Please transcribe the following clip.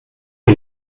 wir